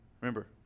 remember